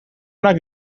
onak